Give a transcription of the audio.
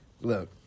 Look